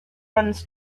runs